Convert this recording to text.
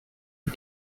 die